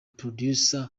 producer